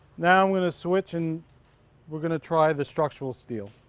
now i'm gonna switch and we're gonna try the structural steel.